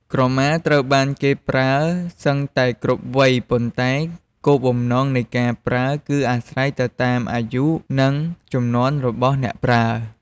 ក្រមាត្រូវបានគេប្រើសឹងតែគ្រប់វ័យ ប៉ុន្តែគោលបំណងនៃការប្រើគឺអាស្រ័យទៅតាមអាយុ និងជំនាន់របស់អ្នកប្រើ។